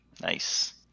Nice